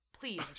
Please